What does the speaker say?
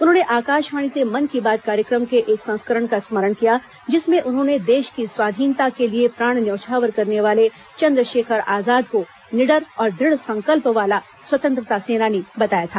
उन्होंने आकाशवाणी से मन की बात कार्यक्रम के एक संस्करण का स्मरण किया जिसमें उन्होंने देश की स्वाधीनता के लिए प्राण न्यौछावर करने वाले चन्द्रशेखर आजाद को निडर और दृढ संकल्प वाला स्वतंत्रता सेनानी बताया था